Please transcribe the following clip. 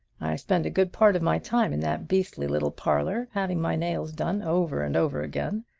i spend a good part of my time in that beastly little parlor, having my nails done over and over again.